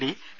D P